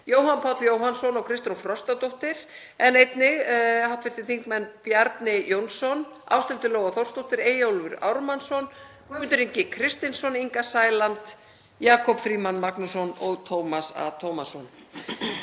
Jóhann Páll Jóhannsson, Kristrún Frostadóttir, Bjarni Jónsson, Ásthildur Lóa Þórsdóttir, Eyjólfur Ármannsson, Guðmundur Ingi Kristinsson, Inga Sæland, Jakob Frímann Magnússon og Tómas A. Tómasson.